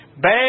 Bad